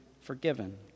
forgiven